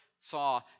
saw